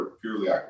purely